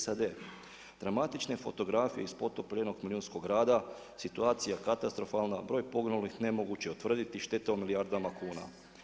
SAD dramatične fotografije iz potopljenog milijunskog grada, situacija katastrofalna, broj poginulih nemoguće je utvrditi, šteta u milijardama kuna.